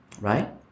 Right